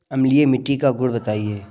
अम्लीय मिट्टी का गुण बताइये